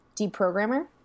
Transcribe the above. deprogrammer